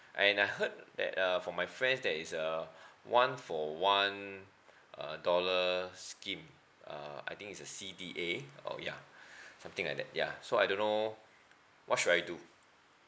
and I heard that uh from my friends there is a one for one uh dollar scheme uh I think is the C_D_A oh yeah something like that ya so I don't know what should I do